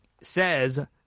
says